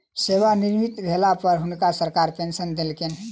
सेवानिवृत भेला पर हुनका सरकार पेंशन देलकैन